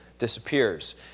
disappears